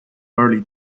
early